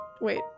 Wait